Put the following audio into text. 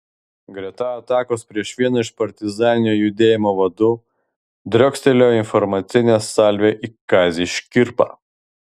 greta atakos prieš vieną iš partizaninio judėjimo vadų driokstelėjo informacinė salvė į kazį škirpą